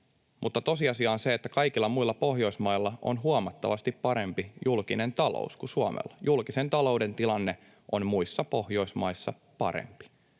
mutta tosiasia on se, että kaikilla muilla Pohjoismailla on huomattavasti parempi julkinen talous kuin Suomella, julkisen talouden tilanne on muissa Pohjoismaissa parempi.